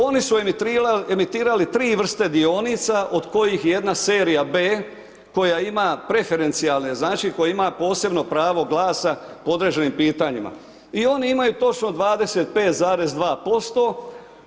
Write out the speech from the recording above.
Oni su emitirali tri vrste dionica od kojih je jedna serija B koja ima preferencijalne, znači koja ima posebno pravo glasa po određenim pitanjima i oni imaju točno 25,2%